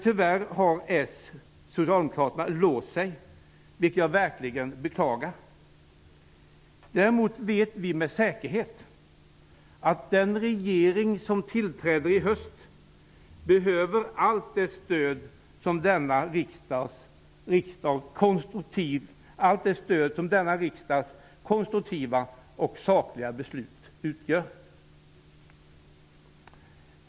Tyvärr har Socialdemokraterna låst sig. Detta beklagar jag verkligen. Däremot vet vi med säkerhet att den regering som tillträder i höst behöver allt det stöd som denna riksdags konstruktiva och sakliga beslut utgör.